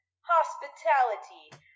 hospitality